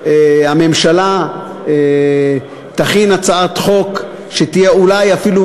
הממשלה תכין הצעת החוק שתהיה אולי אפילו,